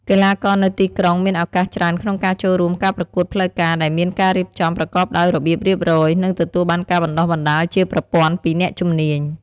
កីឡាករនៅទីក្រុងមានឱកាសច្រើនក្នុងការចូលរួមការប្រកួតផ្លូវការដែលមានការរៀបចំប្រកបដោយរបៀបរៀបរយ និងទទួលបានការបណ្ដុះបណ្ដាលជាប្រព័ន្ធពីអ្នកជំនាញ។